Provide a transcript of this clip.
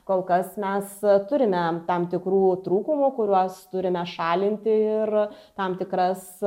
kol kas mes turime tam tikrų trūkumų kuriuos turime šalinti ir tam tikras